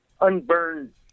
unburned